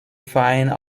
fine